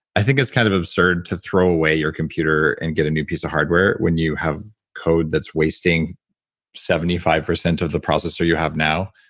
i think it's kind of absurd to throw away your computer and get a new piece of hardware when you have code that's wasting seventy five percent of the processor you have now.